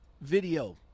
video